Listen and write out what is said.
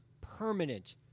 permanent